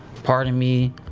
pardon me.